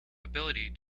ability